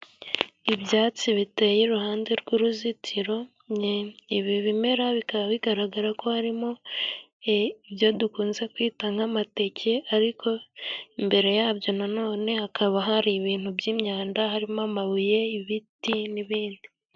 Ibyatsi biteye iruhande rw'uruzitiro. Ibi bimera bikaba bigaragara ko harimo ibyo dukunze kwita nk'amateke, ariko imbere yabyo na none hakaba hari ibintu by'imyanda, harimo amabuye, ibiti n'ibindi.